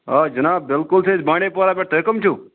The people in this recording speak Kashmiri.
آ جِناب بِلکُل چھِ أسۍ بانٛڈی پوٗرہ پٮ۪ٹھ تُہۍ کٕم چھُو